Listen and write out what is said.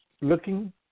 looking